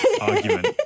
argument